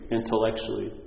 intellectually